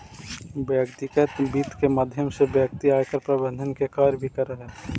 व्यक्तिगत वित्त के माध्यम से व्यक्ति आयकर प्रबंधन के कार्य भी करऽ हइ